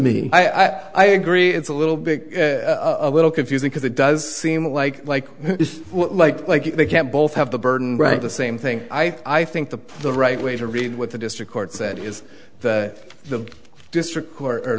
me i agree it's a little big a little confusing because it does seem like like like like they can't both have the burden right the same thing i think the the right way to read what the district court said is that the district court or